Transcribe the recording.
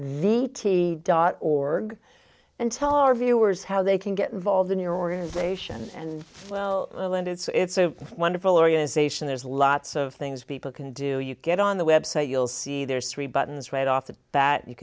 the t dot org and tell our viewers how they can get involved in your organization and well and it's so wonderful organization there's lots of things people can do you get on the website you'll see there's three buttons right off the bat you